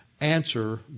answer